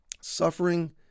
Suffering